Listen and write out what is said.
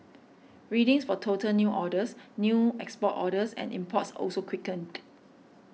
readings for total new orders new export orders and imports also quickened